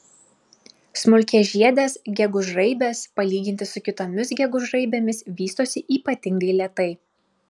smulkiažiedės gegužraibės palyginti su kitomis gegužraibėmis vystosi ypatingai lėtai